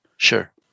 Sure